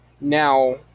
Now